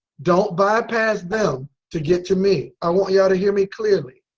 don't bypass them to get to me i want ya'll to hear me clearly.